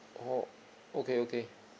oh okay okay